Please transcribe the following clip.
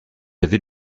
avait